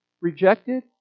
rejected